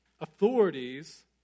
authorities